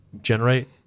generate